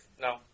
No